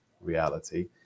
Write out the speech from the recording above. reality